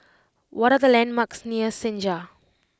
what are the landmarks near Senja